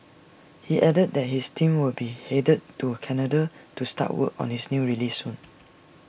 he added that his team will be headed to Canada to start work on his new release soon